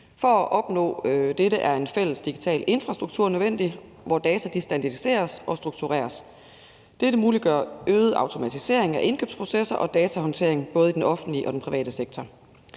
For at opnå dette er en fælles digital infrastruktur nødvendig, hvor data standardiseres og struktureres. Dette muliggør øget automatisering af indkøbsprocesser og datahåndtering, både i den offentlige og den private sektor.